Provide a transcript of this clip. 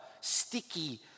sticky